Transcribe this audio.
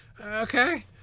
Okay